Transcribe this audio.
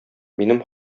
минем